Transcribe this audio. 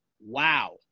wow